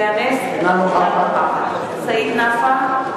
אינה נוכחת סעיד נפאע,